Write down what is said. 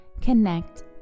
connect